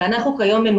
אנחנו כיום,